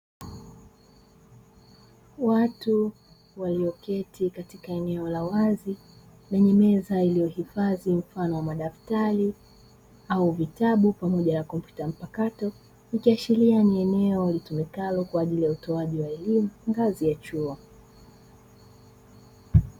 Watu walioketi katika eneo la wazi lenye meza iliyohifadhi mfano wa madaftari au vitabu pamoja na kompyuta mpakato, ikiashiria kuwa ni eneo litumikalo kwa ajili ya utoaji wa elimu ngazi ya chuo.